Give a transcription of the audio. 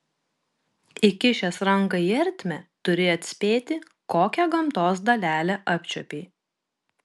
įkišęs ranką į ertmę turi atspėti kokią gamtos dalelę apčiuopei